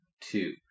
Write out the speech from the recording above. two